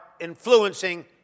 influencing